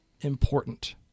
important